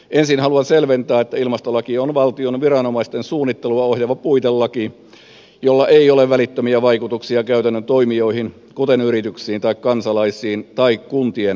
ensin haluan selventää että ilmastolaki on valtion viranomaisten suunnittelua ohjaava puitelaki jolla ei ole välittömiä vaikutuksia käytännön toimijoihin kuten yrityksiin kansalaisiin tai kuntien toimijoihin